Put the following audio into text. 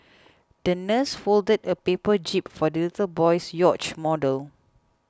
the nurse folded a paper jib for the little boy's yacht model